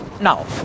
now